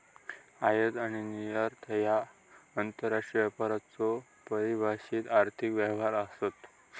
आयात आणि निर्यात ह्या आंतरराष्ट्रीय व्यापाराचो परिभाषित आर्थिक व्यवहार आसत